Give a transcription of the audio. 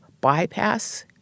bypass